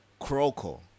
Croco